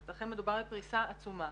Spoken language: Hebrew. אז לכן מדובר על פריסה עצומה.